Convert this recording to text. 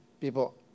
people